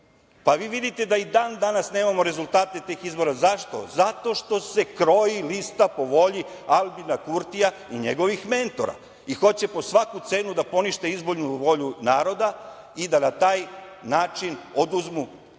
Pa vi vidite da mi ni dan-danas nemamo rezultate tih izbora. Zašto? Zato što se kroji lista po volji Aljbina Kurtija i njegovih mentora i hoće po svaku cenu da ponište izbornu volju naroda i da na taj način oduzmu